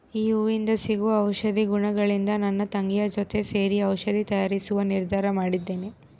ಈ ಹೂವಿಂದ ಸಿಗುವ ಔಷಧಿ ಗುಣಗಳಿಂದ ನನ್ನ ತಂಗಿಯ ಜೊತೆ ಸೇರಿ ಔಷಧಿ ತಯಾರಿಸುವ ನಿರ್ಧಾರ ಮಾಡಿದ್ದೇನೆ